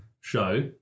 show